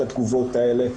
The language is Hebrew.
את התגובות האלה.